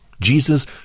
Jesus